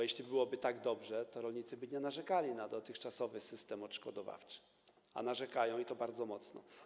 Jeśli byłoby tak dobrze, to rolnicy by nie narzekali na dotychczasowy system odszkodowawczy, a narzekają, i to bardzo mocno.